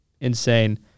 Insane